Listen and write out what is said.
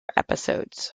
episodes